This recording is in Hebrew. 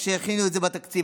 כשהכינו את זה בתקציב,